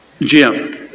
Jim